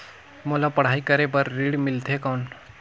मोला पढ़ाई करे बर ऋण मिलथे कौन?